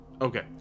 Okay